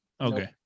Okay